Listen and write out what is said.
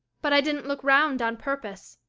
but i didn't look round on purpose.